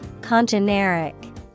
Congeneric